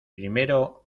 primero